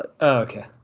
Okay